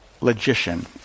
logician